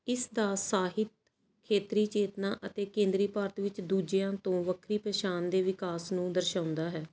ਇਸ ਦਾ ਸਾਹਿਤ ਖੇਤਰੀ ਚੇਤਨਾ ਅਤੇ ਕੇਂਦਰੀ ਭਾਰਤ ਵਿੱਚ ਦੂਜਿਆਂ ਤੋਂ ਵੱਖਰੀ ਪਛਾਣ ਦੇ ਵਿਕਾਸ ਨੂੰ ਦਰਸਾਉਂਦਾ ਹੈ